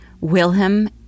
Wilhelm